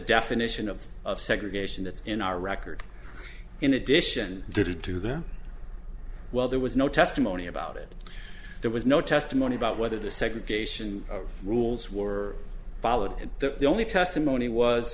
definition of of segregation that in our record in addition did it to them well there was no testimony about it there was no testimony about whether the segregation rules were followed and the only testimony was